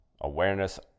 Awareness